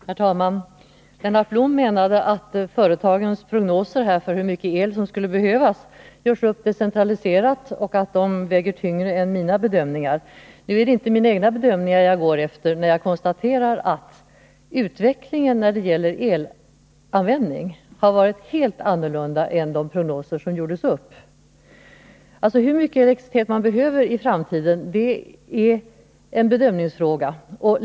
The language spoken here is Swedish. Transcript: Herr talman! Lennart Blom menade att företagens prognoser för hur mycket el som skulle behövas görs upp centraliserat och att de väger tyngre än mina bedömningar. Nu är det inte mina egna bedömningar jag går efter när jag konstaterar att utvecklingen när det gäller elanvändning har varit helt annorlunda än de prognoser som gjordes upp. Hur mycket elektricitet man behöver i framtiden är en bedömningsfråga.